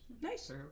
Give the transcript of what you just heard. Nice